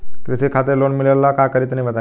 कृषि खातिर लोन मिले ला का करि तनि बताई?